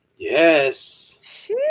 Yes